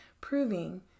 proving